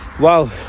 Wow